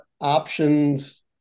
options